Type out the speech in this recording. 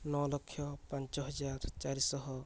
ନଅ ଲକ୍ଷ ପାଞ୍ଚ ହଜାର ଚାରିଶହ